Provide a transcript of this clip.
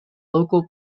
local